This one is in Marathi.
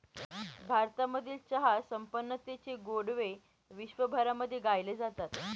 भारतामधील चहा संपन्नतेचे गोडवे विश्वभरामध्ये गायले जातात